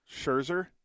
Scherzer